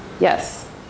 Yes